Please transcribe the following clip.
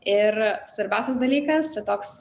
ir svarbiausias dalykas čia toks